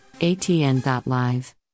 ATN.Live